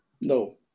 No